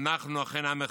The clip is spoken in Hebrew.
אנחנו אכן עם אחד.